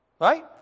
Right